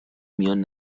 میان